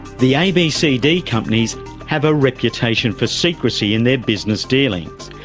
the abcd companies have a reputation for secrecy in their business dealings,